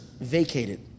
vacated